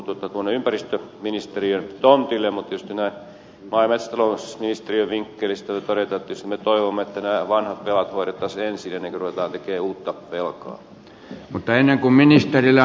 mutta maa ja metsätalousministeriön vinkkelistä täytyy todeta että tietysti me toivomme että nämä vanhat velat hoidettaisiin ensin ennen kuin ruvetaan tekemään uutta velkaa